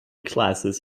classes